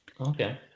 Okay